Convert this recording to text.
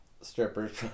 strippers